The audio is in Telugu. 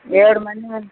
ఏడు మందిమి